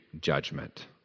judgment